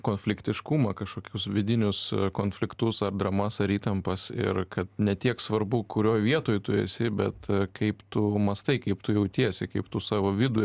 konfliktiškumą kažkokius vidinius konfliktus ar dramas ar įtampas ir kad ne tiek svarbu kurioj vietoj tu esi bet kaip tu mąstai kaip tu jautiesi kaip tu savo vidų